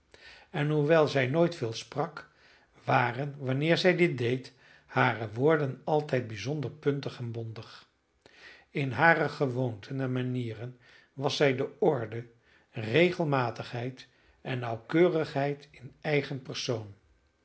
en hoewel zij nooit veel sprak waren wanneer zij dit deed hare woorden altijd bijzonder puntig en bondig in hare gewoonten en manieren was zij de orde regelmatigheid en nauwkeurigheid in eigen persoon